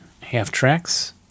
half-tracks